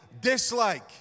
dislike